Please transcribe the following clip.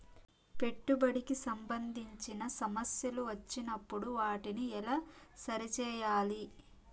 పెట్టుబడికి సంబంధించిన సమస్యలు వచ్చినప్పుడు వాటిని ఎలా సరి చేయాలి?